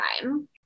time